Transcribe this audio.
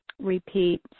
repeat